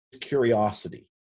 curiosity